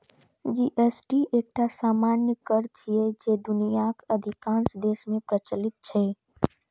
GST एकटा सामान्य कर छियै, जे दुनियाक अधिकांश देश मे प्रचलित छै